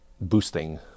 boosting